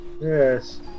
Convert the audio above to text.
Yes